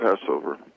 Passover